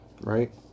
right